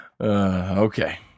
Okay